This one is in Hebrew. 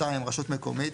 רשות מקומית,